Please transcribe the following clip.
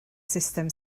sustem